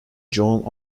john